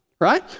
right